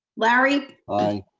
larry. i.